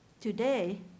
today